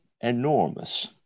enormous